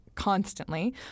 Constantly